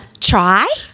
try